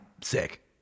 sick